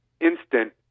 instant